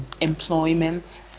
employment